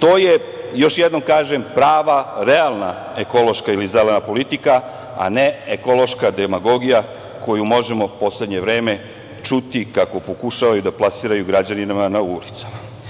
to je, još jednom kažem, prava, realna ekološka ili zelena politika, a ne ekološka demagogija koju možemo u poslednje vreme čuti, kako pokušavaju da plasiraju građanima na ulicama. Kada